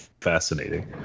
fascinating